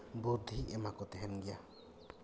ᱵᱩᱨᱫᱷᱤᱭ ᱮᱢᱟᱠᱚ ᱛᱟᱦᱮᱱ ᱜᱮᱭᱟ